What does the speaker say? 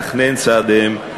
לתכנן צעדיהם.